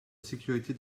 sécurité